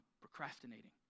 procrastinating